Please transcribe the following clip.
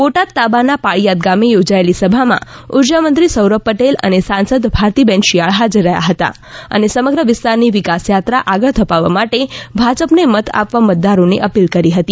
બોટાદ તાબા ના પાળીયાદ ગામે થોજાયેલી સભા માં ઉર્જામંત્રી સૌરભ પટેલ અને સાંસદ ભારતીબેન શિયાળ હાજર રહ્યા હતા અને સમગ્ર વિસ્તાર ની વિકાસયાત્રા આગળ ધપાવવા માટે ભાજપ ને મત આપવા મતદારો ને અપીલ કરી હતી